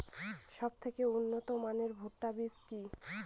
সবথেকে উন্নত মানের ভুট্টা বীজ কি?